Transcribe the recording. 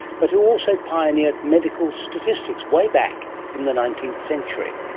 but who also pioneered medical statistics way back in the nineteenth century.